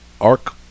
Arc